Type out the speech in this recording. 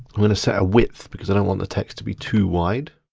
i'm gonna set a width, because i don't want the text to be too wide.